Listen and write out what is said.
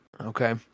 okay